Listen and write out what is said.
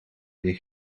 weer